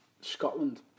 Scotland